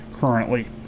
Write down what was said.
currently